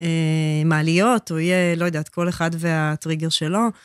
מעליות, הוא יהיה, לא יודעת, כל אחד והטריגר שלו.